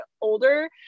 older